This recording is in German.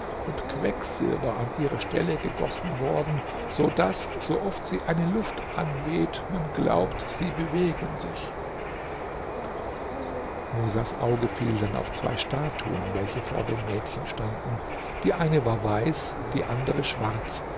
und quecksilber an ihre stelle gegossen worden so daß so oft sie eine luft anweht man glaubt sie bewegen sich musas auge fiel dann auf zwei statuen welche vor dem mädchen standen die eine war weiß die andere schwarz